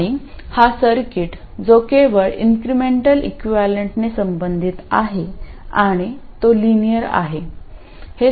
आणि हा सर्किट जो केवळ इन्क्रिमेंटल इक्विवलेंटने संबंधित आहे आणि तो लिनियरआहे